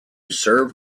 serve